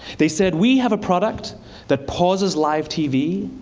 they said, we have a product that pauses live tv,